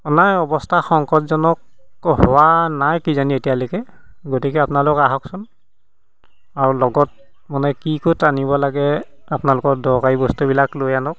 নাই অৱস্থা সংকটজনক হোৱা নাই কিজানি এতিয়ালৈকে গতিকে আপোনালোক আহকচোন আৰু লগত মানে কি ক'ত আনিব লাগে আপোনালোকৰ দৰকাৰী বস্তুবিলাক লৈ আনক